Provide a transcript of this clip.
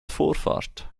vorfahrt